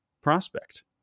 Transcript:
prospect